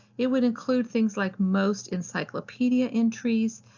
it would include things like most encyclopedia entries.